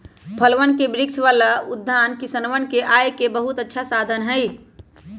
फलवन के वृक्ष वाला उद्यान किसनवन के आय के बहुत अच्छा साधन हई